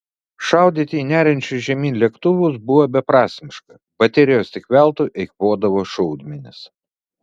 šaudyti į neriančius žemyn lėktuvus buvo beprasmiška baterijos tik veltui eikvodavo šaudmenis